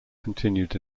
continued